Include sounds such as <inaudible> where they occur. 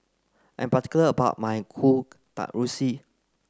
I'm particular about my Kueh <unintelligible>